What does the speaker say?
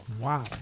Wow